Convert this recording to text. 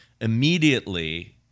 immediately